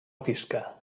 pisca